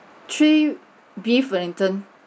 three beef wellington